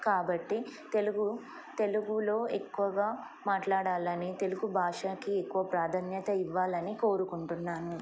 కాబట్టి తెలుగు తెలుగులో ఎక్కువగా మాట్లాడాలని తెలుగు భాషకి ఎక్కువ ప్రాధాన్యత ఇవ్వాలని కోరుకుంటున్నాను